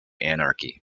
anarchy